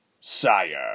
Sire